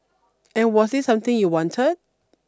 and was this something you wanted